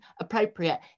appropriate